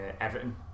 Everton